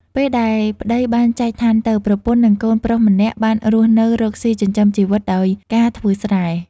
ពេលដែលប្ដីបានចែកឋានទៅ ប្រពន្ធនិងកូនប្រុសម្នាក់បានរស់នៅរកស៊ីចិញ្ចឹមជីវិតដោយការធ្វើស្រែ។